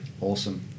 Awesome